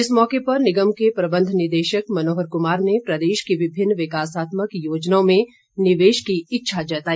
इस मौके पर निगम के प्रबंध निदेशक मनोहर कुमार ने प्रदेश की विभिन्न विकासात्मक योजनाओं में निवेश की इच्छा जताई